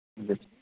جی